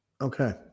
Okay